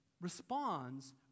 responds